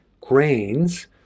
grains